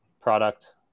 product